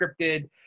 scripted